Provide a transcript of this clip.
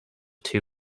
two